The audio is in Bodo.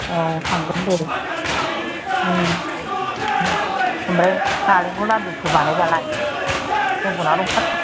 औ थांगोन दे होमब्लाय नालेंखर लादुखौ बानायब्ला लाय